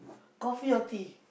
coffee or tea